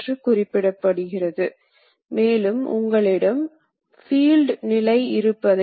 C இயந்திரம் இதற்கு ஏற்றது ஏனெனில் இது ஆட்டோமேசனை பயன்படுத்தி அந்த நேரத்தை கணிசமாகக் குறைக்கிறது